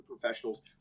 professionals